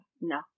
No